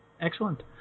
excellent